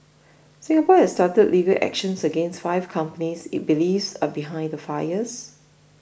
Singapore has started legal action against five companies it believes are behind the fires